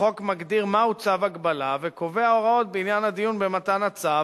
החוק מגדיר מהו צו הגבלה וקובע הוראות בעניין הדיון במתן הצו,